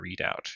readout